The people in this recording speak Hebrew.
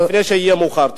לפני שיהיה מאוחר מדי.